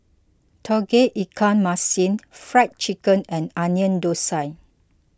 Tauge Ikan Masin Fried Chicken and Onion Thosai